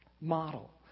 model